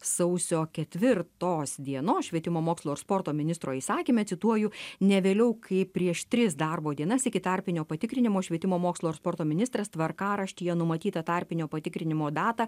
sausio ketvirtos dienos švietimo mokslo ir sporto ministro įsakyme cituoju ne vėliau kaip prieš tris darbo dienas iki tarpinio patikrinimo švietimo mokslo ir sporto ministras tvarkaraštyje numatytą tarpinio patikrinimo datą